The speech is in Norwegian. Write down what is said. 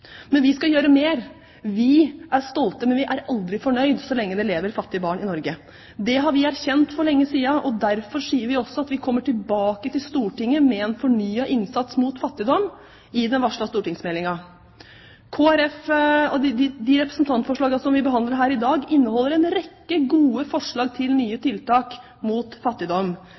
Men vi skal gjøre mer. Vi er stolte, men vi er aldri fornøyd så lenge det lever fattige barn i Norge. Det har vi erkjent for lenge siden, og derfor sier vi også at vi kommer tilbake til Stortinget med en fornyet innsats mot fattigdom i den varslede stortingsmeldingen. De representantforslagene vi behandler her i dag, inneholder en rekke gode forslag til nye tiltak mot fattigdom,